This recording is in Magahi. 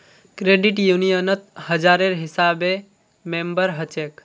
क्रेडिट यूनियनत हजारेर हिसाबे मेम्बर हछेक